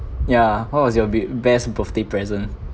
yeah what was your big best birthday present